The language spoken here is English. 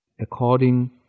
according